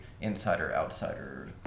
insider-outsider